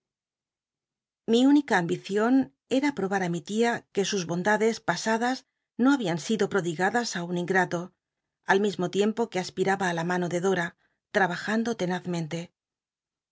vli única ambicion era probar á mi tia que sus bondades pasadas no habian sido prodigadas un ingrato al mismo tiempo ue aspiraba á la mano de dora trabajando